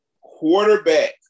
quarterback